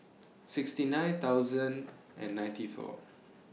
sixty nine thousand and ninety four